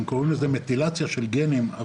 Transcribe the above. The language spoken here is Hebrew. הם קוראים לזה מטילציה של גנים.